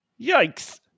Yikes